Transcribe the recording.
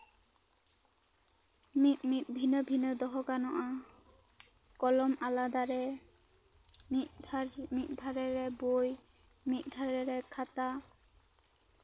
ᱢᱤᱫ ᱢᱤᱫ ᱵᱷᱤᱱᱟᱹ ᱵᱷᱤᱱᱟᱹ ᱫᱚᱦᱚ ᱜᱟᱱᱚᱜᱼᱟ ᱠᱚᱞᱚᱢ ᱟᱞᱟᱫᱟ ᱨᱮ ᱢᱤᱫ ᱫᱷᱟᱣ ᱢᱤᱫ ᱫᱷᱟᱨᱮ ᱨᱮ ᱵᱳᱭ ᱢᱤᱫ ᱫᱷᱟᱨᱮ ᱨᱮ ᱠᱷᱟᱛᱟ